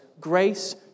Grace